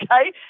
Okay